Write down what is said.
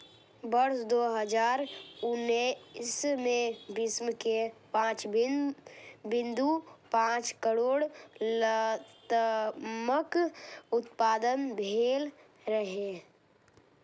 वर्ष दू हजार उन्नैस मे विश्व मे पांच बिंदु पांच करोड़ लतामक उत्पादन भेल रहै